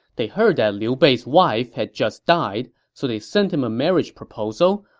they heard that liu bei's wife had just died, so they sent him a marriage proposal,